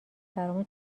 برامون